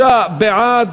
56 בעד,